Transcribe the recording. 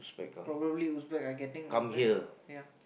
probably Uzbek I getting Uzbek ya